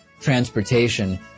transportation